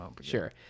sure